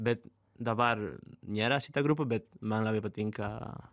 bet dabar nėra šita grupė bet man labai patinka